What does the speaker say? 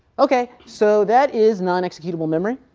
ok, so that is nonexecutable memory.